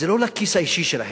זה לא לכיס האישי שלהם,